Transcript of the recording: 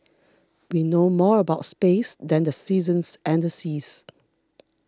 we know more about space than the seasons and the seas